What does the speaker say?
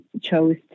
chose